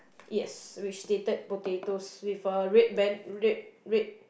yes which stated potatoes with a red band red red